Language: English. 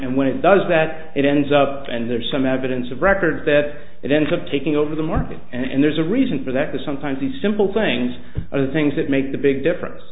and when it does that it ends up and there's some evidence of records that it ends up taking over the market and there's a reason for that because sometimes these simple things are the things that make the big difference